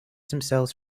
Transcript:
themselves